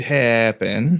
happen